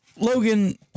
Logan